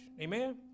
amen